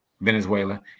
Venezuela